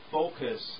focus